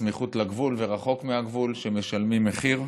בסמיכות לגבול ורחוק מהגבול שמשלמים מחיר,